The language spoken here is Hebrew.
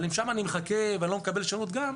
אבל אם שם אני מחכה ואני לא מקבל שירות שם גם,